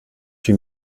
huit